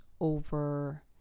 over